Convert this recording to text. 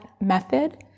method